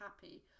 happy